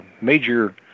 major